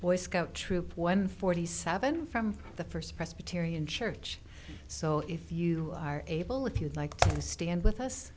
boy scout troop one forty seven from the first presbyterian church so if you are able if you'd like to stand with us